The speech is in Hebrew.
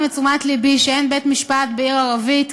את תשומת לבי לכך שאין בית-משפט בעיר ערבית,